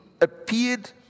appeared